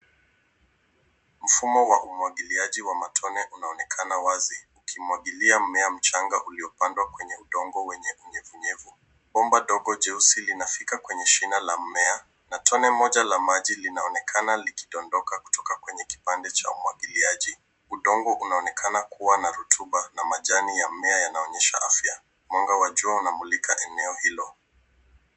Mfumo wa umwagiliaji wa matone unaonekana wazi ukimwagilia mmea mchanga ulipandwa kwenye udongo wenye unyevunyevu. Bomba ndogo jeusi linafika kwenye shina la mmea na tone moja la maji linaonekana likidondoka kutoka kwenye kipande cha umwagiliaji. Udongo unaonekana kuwa na rotuba na majani ya mmea yanaonyesha afya. Mwanga wa jua unamulika eneo hilo.